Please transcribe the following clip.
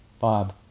Bob